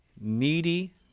needy